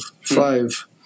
five